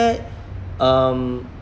um